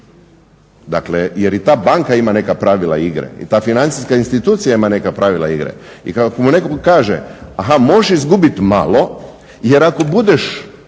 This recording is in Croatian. dakle jer i ta banka ima neka pravila igre i ta financijska institucija ima neka pravila igre i kad mu netko kaže možeš izgubit malo jer ako budeš